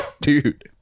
Dude